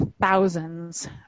thousands